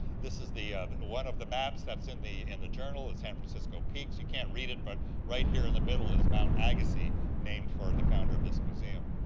this is one of the maps that's in the in the journal, it's san francisco peaks. you can't read it, but right here in the middle is mount agassiz named for the founder of this museum,